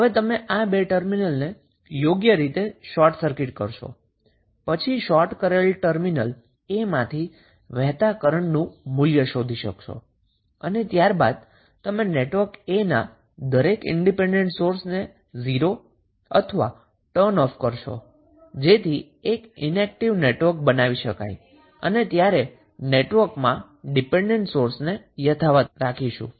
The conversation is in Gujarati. તો તમે આ 2 ટર્મિનલને શોર્ટ સર્કિટ કરશો પછી તમે શોર્ટ કરેલ ટર્મિનલ A માંથી વહેતા કરન્ટ નું મૂલ્ય શોધી શકશો ઈનએક્ટીવ નેટવર્ક બનાવવા માટે દરેક ઈન્ડીપેન્ડન્ટ સોર્સને 0 અથવા ટર્નઓફ કરો જ્યારે નેટવર્કમાં ડિપેન્ડન્ટ સોર્સ ને યથાવત રાખીશું